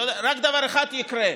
רק דבר אחד יקרה,